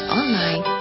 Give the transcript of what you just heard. online